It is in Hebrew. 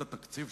אמר נציג האוצר,